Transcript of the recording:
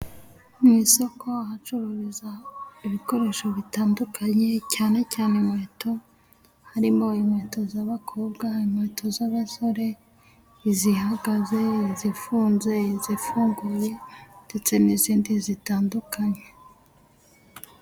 Mu isoko ahacuruza ibikoresho bitandukanye cyane cyane inkweto, harimo inkweto z'abakobwa, inkweto z'abasore, izihagaze, izifunze, izifunguye, ndetse n'izindi zitandukanye.